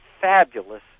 fabulous